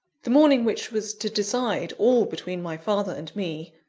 the morning which was to decide all between my father and me,